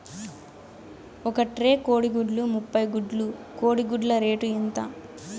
ఒక ట్రే కోడిగుడ్లు ముప్పై గుడ్లు కోడి గుడ్ల రేటు ఎంత?